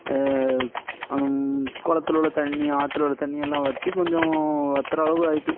குளத்துல உள்ள தண்ணி ஆற்றில் உள்ள தண்ணி எல்லாம் வற்றி கொஞ்சம் வற்றுற அளவுக்கு ஆகிட்டு